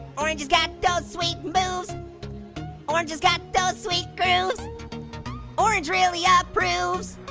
orange has got those sweet moves orange has got those sweet grooves orange really ah approves